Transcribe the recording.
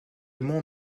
mont